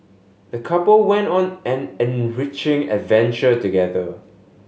the couple went on an enriching adventure together